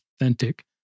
authentic